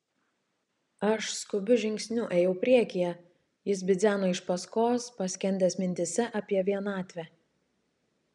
aš skubiu žingsniu ėjau priekyje jis bidzeno iš paskos paskendęs mintyse apie vienatvę